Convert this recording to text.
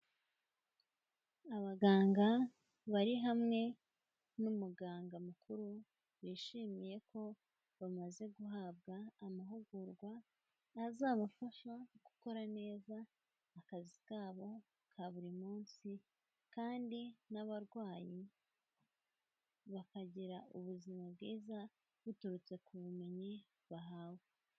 Abaganga bari hamwe n'umuganga mukuru bishimiyeko bamaze guhabwa amahugurwa azabafasha gukora neza akazi kabo ka buri munsi kandi n'abarwayi bakagira ubuzima bwiza buturutse ku bumenyi bahawe.